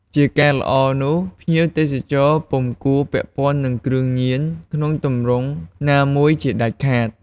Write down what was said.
ជាការល្អនោះ ភ្ញៀវទេសចរពុំគួរពាក់ព័ន្ធនឹងគ្រឿងញៀនក្នុងទម្រង់ណាមួយជាដាច់ខាត។